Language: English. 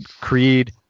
creed